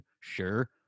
sure